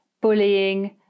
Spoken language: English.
bullying